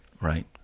right